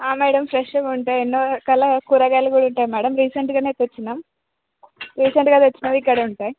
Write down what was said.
madam ప్రెష్గా ఉంటాయి ఎన్నో రకాల కూరగాయలు కూడా ఉంటాయి మేడం రీసెంట్గానే తెచ్చాము రీసెంట్గా తెచ్చినవి ఇక్కడే ఉంటాయి